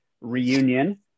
reunion